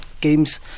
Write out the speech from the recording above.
games